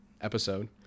episode